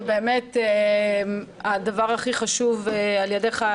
ובאמת הדבר הכי חשוב על ידיך,